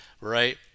right